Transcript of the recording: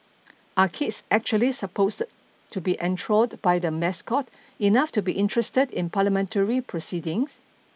are kids actually supposed to be enthralled by the mascot enough to be interested in parliamentary proceedings